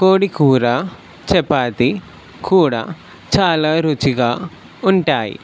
కోడికూర చపాతి కూడా చాలా రుచిగా ఉంటాయి